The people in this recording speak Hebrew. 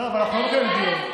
לא, אבל אנחנו לא מקיימים דיון.